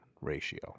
ratio